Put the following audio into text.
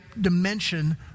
dimension